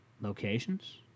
locations